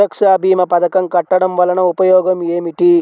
సురక్ష భీమా పథకం కట్టడం వలన ఉపయోగం ఏమిటి?